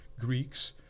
Greeks